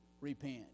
repent